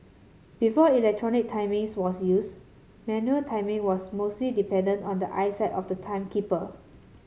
before electronic timings was used manual timing was mostly dependent on the eyesight of the timekeeper